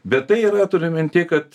bet tai yra turiu minty kad